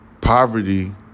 poverty